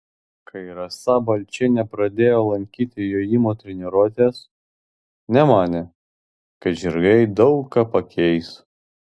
kai rasa balčienė pradėjo lankyti jojimo treniruotes nemanė kad žirgai daug ką pakeis